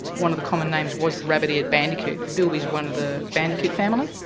one of the common names was the rabbit-eared bandicoot. the bilby is one of the bandicoot family.